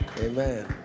amen